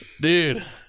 dude